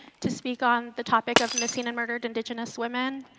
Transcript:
to speak on the topic of missing and murdered indigenous women.